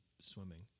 swimming